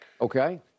Okay